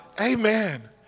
Amen